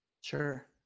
Sure